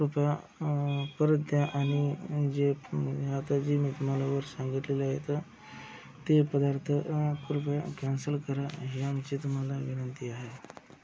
कृपया परत द्या आणि जे आता जे मी तुम्हाला वर सांगितलेले आहे तर ते पदार्थ कृपया कॅन्सल करा हे आमचे तुम्हाला विनंती आहे